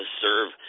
serve